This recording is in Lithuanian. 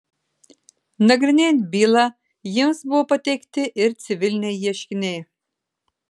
nagrinėjant bylą jiems buvo pateikti ir civiliniai ieškiniai